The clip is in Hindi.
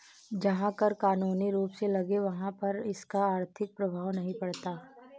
जहां कर कानूनी रूप से लगे वहाँ पर इसका आर्थिक प्रभाव नहीं पड़ता